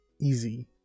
easy